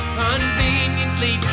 conveniently